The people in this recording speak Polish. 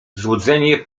złudzenie